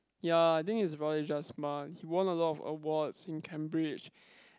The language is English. ya think is probably just Mark he won a lot of awards in Cambridge